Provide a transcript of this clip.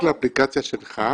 רק לאפליקציה שלך,